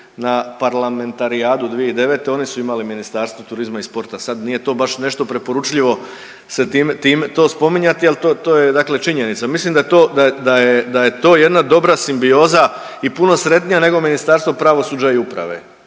na parlamentarijadu 2009. oni su imali ministarstvo turizma i sporta, sad nije to baš nešto preporučljivo se time, to spominjati, ali to je dakle činjenica. Mislim da je to jedna dobra simbioza i puno sretnija nego Ministarstvo pravosuđa i uprave